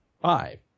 Five